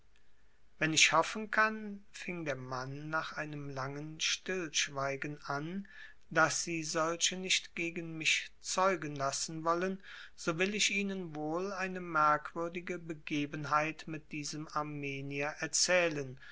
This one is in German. wenn ich hoffen kann fing der mann nach einem langen stillschweigen an daß sie solche nicht gegen mich zeugen lassen wollen so will ich ihnen wohl eine merkwürdige begebenheit mit diesem armenier erzählen